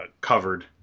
covered